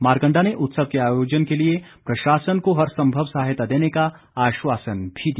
मारकंडा ने उत्सव के आयोजन के लिए प्रशासन को हर संभव सहायता देने का आश्वासन भी दिया